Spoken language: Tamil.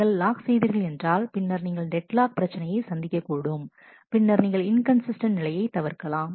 நீங்கள் லாக் செய்தீர்கள் என்றால் பின்னர் நீங்கள் டெட் லாக் பிரச்சனையை சந்திக்கக்கூடும் பின்னர் நீங்கள் இன்கன்சிஸ்டன்ட் நிலையைத் தவிர்க்கலாம்